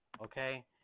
okay